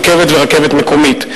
רכבת ורכבת מקומית.